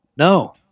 no